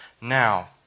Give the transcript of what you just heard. Now